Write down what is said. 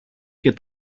και